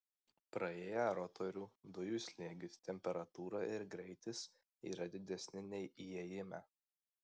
praėję rotorių dujų slėgis temperatūra ir greitis yra didesni nei įėjime